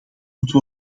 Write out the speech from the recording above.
moeten